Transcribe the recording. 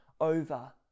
over